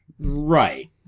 Right